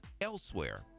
elsewhere